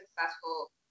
successful